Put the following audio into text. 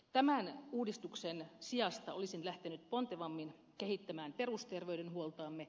tämän uudistuksen sijasta olisin lähtenyt pontevammin kehittämään perusterveydenhuoltoamme